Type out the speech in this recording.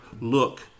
look